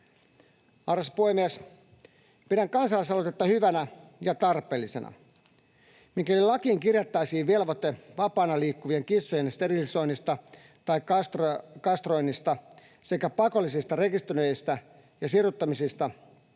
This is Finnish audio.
Arvoisa puhemies! Pidän kansalaisaloitetta hyvänä ja tarpeellisena. Mikäli lakiin kirjattaisiin velvoite vapaana liikkuvien kissojen sterilisoinnista tai kastroinnista sekä pakollisesta rekisteröinnistä ja siruttamisesta,